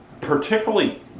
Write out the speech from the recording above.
particularly